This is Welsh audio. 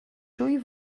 dwy